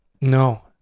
No